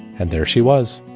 and there she was,